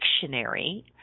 dictionary